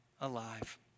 alive